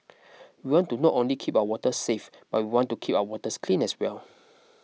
we want to not only keep our waters safe but we want to keep our waters clean as well